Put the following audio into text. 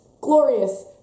glorious